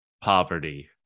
poverty